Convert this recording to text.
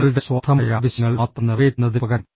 നിങ്ങളുടെ സ്വാർത്ഥമായ ആവശ്യങ്ങൾ മാത്രം നിറവേറ്റുന്നതിനുപകരം